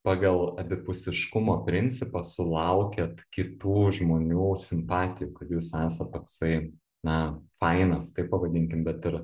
pagal abipusiškumo principą sulaukiat kitų žmonių simpatijų kad jūs esat toksai na fainas taip pavadinkim bet ir